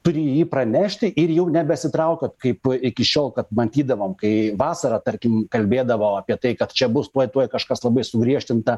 turi jį pranešti ir jau nebesitraukiot kaip iki šiol kad matydavom kai vasarą tarkim kalbėdavo apie tai kad čia bus tuoj tuoj kažkas labai sugriežtinta